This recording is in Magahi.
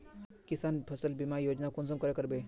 किसान फसल बीमा योजना कुंसम करे करबे?